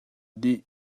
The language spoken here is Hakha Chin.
dih